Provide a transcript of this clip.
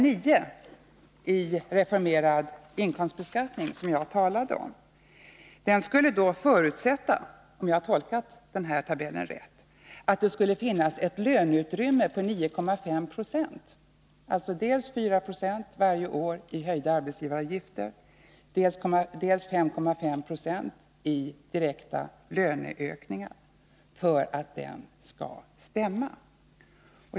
9 i Reformerad inkomstbeskattning, som jag talade om, skulle förutsätta — om jag har tolkat tabellen rätt — att det skulle finnas ett löneutrymme på 9,5 96, alltså dels 4 96 varje år i höjda arbetsgivaravgifter, dels 5,5 20 i direkta löneökningar, för att den skall stämma.